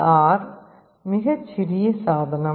R மிகச் சிறிய சாதனம்